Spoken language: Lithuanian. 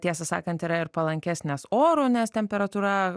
tiesą sakant yra ir palankesnės oro nes temperatūra